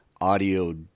audio